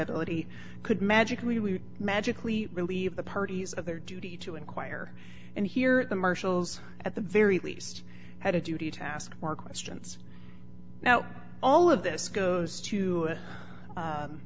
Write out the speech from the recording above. liability could magically would magically relieve the parties of their duty to inquire and here at the marshals at the very least had a duty to ask more questions now all of this goes to